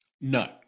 No